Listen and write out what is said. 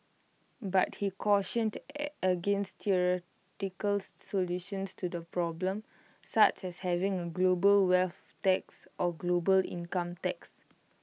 but he cautioned against theoretical solutions to the problem such as having A global wealth tax or global income tax